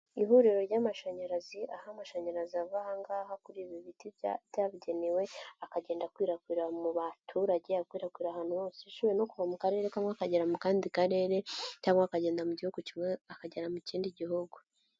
Ihuriro ry'amashanyarazi aho amashanyarazi ava aha ngaha kuri ibi biti byabugenewe, akagenda akwirakwira mu baturage, akwirakwira ahantu hose, ashobora no kuva mu karere kamwe akagera mu kandi karere cyangwa akagenda mu gihugu kimwe, akagera mu kindi gihugu.